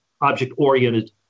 object-oriented